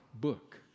book